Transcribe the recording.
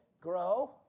grow